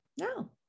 no